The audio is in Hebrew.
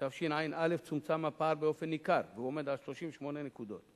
בתשע"א צומצם הפער באופן ניכר והוא עומד על 38 נקודות,